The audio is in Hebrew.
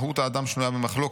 מהות האדם שנויה במחלוקת,